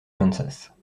kansas